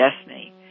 destiny